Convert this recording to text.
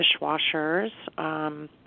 dishwashers